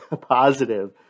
positive